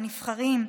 הנבחרים,